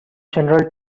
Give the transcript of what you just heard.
general